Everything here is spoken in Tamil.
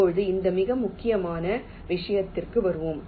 இப்போது இந்த மிக முக்கியமான விஷயத்திற்கு வருவோம்